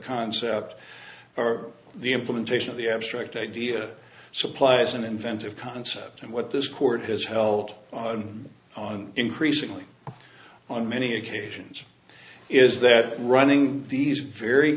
concept or the implementation of the abstract idea supply is an inventive concept and what this court has held on increasingly on many occasions is that running these very